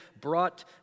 brought